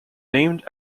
named